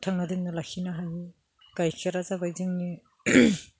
फोथांना दोनना लाखिनो हायो गाइखेरा जाबाय जोंनि